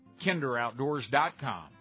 KinderOutdoors.com